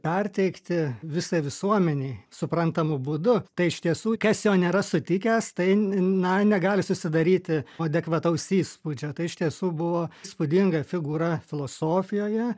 perteikti visai visuomenei suprantamu būdu tai iš tiesų kas jo nėra sutikęs tai n na negali susidaryti adekvataus įspūdžio tai iš tiesų buvo įspūdinga figūra filosofijoje